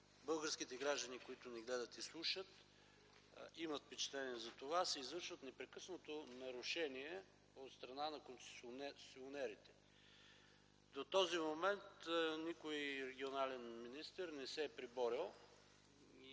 българските граждани, които ни гледат и слушат, имат впечатление за това) непрекъснато се извършват нарушения от страна на концесионерите. До този момент никой регионален министър не се е преборил и